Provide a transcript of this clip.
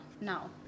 now